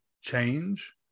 change